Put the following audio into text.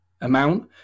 amount